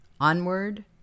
onward